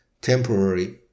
temporary